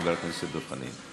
חבר הכנסת דב חנין.